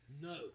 No